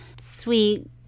sweet